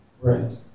Right